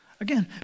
Again